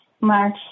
March